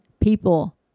people